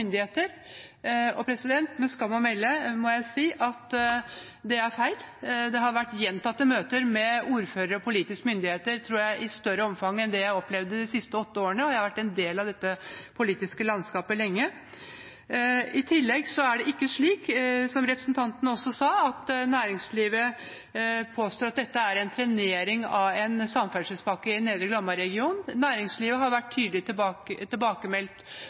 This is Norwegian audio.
og med skam å melde må jeg si at det er feil. Det har vært gjentatte møter med ordførere og politiske myndigheter, i større omfang – tror jeg – enn det jeg har opplevd de siste åtte årene, og jeg har vært en del av dette politiske landskapet lenge. I tillegg er det ikke slik, som representanten også sa, at næringslivet påstår at dette er en trenering av en samferdselspakke i Nedre Glomma-regionen. Næringslivet har